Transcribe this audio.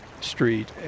Street